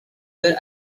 were